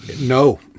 No